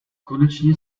konečně